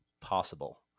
possible